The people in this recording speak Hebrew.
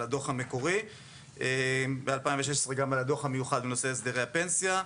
הדוח המקורי וגם על הדוח המיוחד בנושא הסדרי הפנסיה.